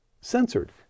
censored